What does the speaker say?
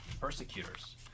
persecutors